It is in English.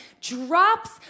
drops